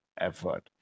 effort